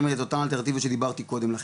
את אותם אלטרנטיבות שדיברתי קודם לכן,